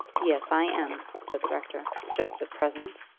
yes, i am, said the rector just at present.